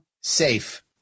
safe